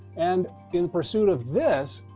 and in pursuit of this,